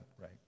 right